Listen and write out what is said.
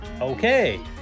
Okay